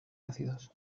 ácidos